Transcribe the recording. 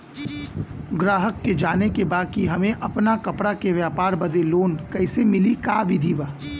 गराहक के जाने के बा कि हमे अपना कपड़ा के व्यापार बदे लोन कैसे मिली का विधि बा?